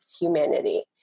humanity